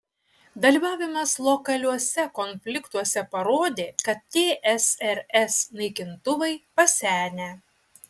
dalyvavimas lokaliuose konfliktuose parodė kad tsrs naikintuvai pasenę